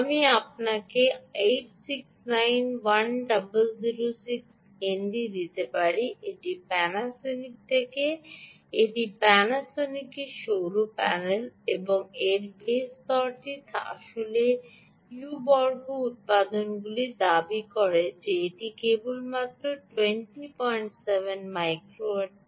আমি আপনাকে 869 1006 ND দিতে পারি এটি প্যানাসোনিক থেকে এটি প্যানাসনিকের সৌর প্যানেল এবং এই বেস স্তরটি আসলে U বর্গ উত্পাদনগুলি দাবি করে যে এটি কেবলমাত্র 207 মাইক্রোওট প্যানেল